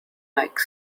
like